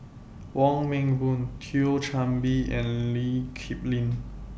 Wong Meng Voon Thio Chan Bee and Lee Kip Lin